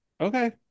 Okay